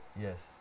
yes